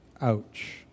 Ouch